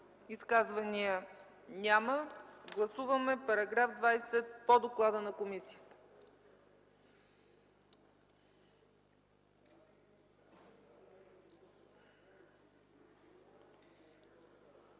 Изказвания няма. Гласуваме § 24 по доклада на комисията.